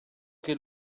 che